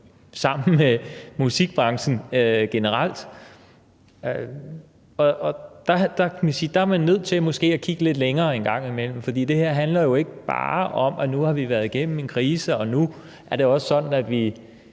sammen med musikbranchen generelt. Der er man måske nødt til at kigge lidt længere en gang imellem, for det her handler jo ikke bare om, at nu har vi været igennem en krise, og nu er det også sådan, at vi